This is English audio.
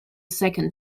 second